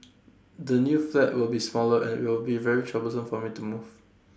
the new flat will be smaller and will be very troublesome for me to move